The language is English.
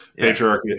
Patriarchy